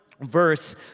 verse